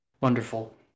wonderful